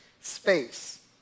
Space